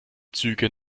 züge